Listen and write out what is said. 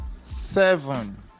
Seven